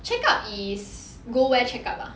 check up is go where check up ah